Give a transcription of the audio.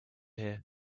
here